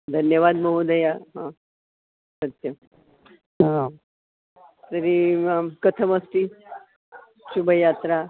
धन्यवादः महोदया सत्यम् तर्हि कथमस्ति शुभयात्रा